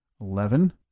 eleven